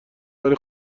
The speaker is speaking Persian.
برای